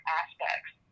aspects